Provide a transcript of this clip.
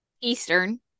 Eastern